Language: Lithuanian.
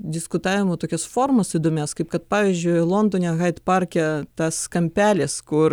diskutavimo tokias formas įdomias kaip kad pavyzdžiui londone haid parke tas kampelis kur